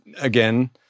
again